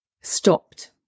stopped